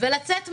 ולצאת מהר.